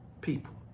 people